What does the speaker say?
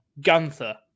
Gunther